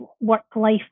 work-life